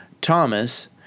Thomas